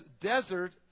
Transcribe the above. desert